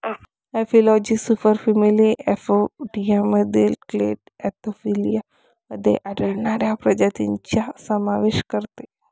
एपिलॉजी सुपरफॅमिली अपोइडियामधील clade Anthophila मध्ये आढळणाऱ्या प्रजातींचा समावेश करते